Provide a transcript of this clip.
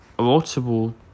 multiple